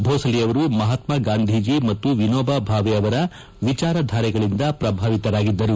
ಭೋಸಲೆಯವರು ಮಹಾತ್ಮಗಾಂಧಿಜೀ ಮತ್ತು ವಿನೋಬ ಭಾವೆ ಅವರ ವಿಚಾರಧಾರೆಗಳಿಗೆ ಪ್ರಭಾವಿತರಾಗಿದ್ದರು